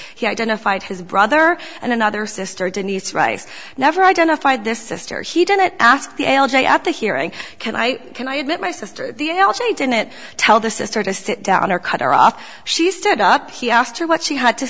he identified his brother and another sister denise rice never identified this sister she didn't ask the a l j at the hearing can i can i admit my sister the l g a didn't tell the sister to sit down or cut her off she stood up he asked her what she had to